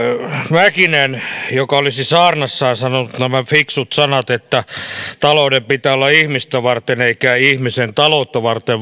mäkinen joka olisi saarnassaan sanonut nämä fiksut sanat että talouden pitää olla ihmistä varten eikä ihmisen taloutta varten